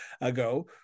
ago